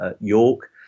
York